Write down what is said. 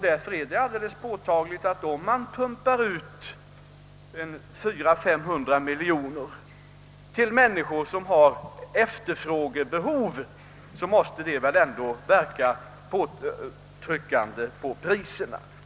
Det är påtagligt att om man pumpar ut 400—500 miljoner kronor till människor som har efterfrågebehov måste det verka påtryckande på priserna när man inte ökar »varumängden» eller ser till att andra minskar sin efterfrågan i motsvarande mån.